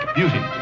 Beauty